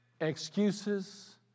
Excuses